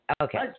Okay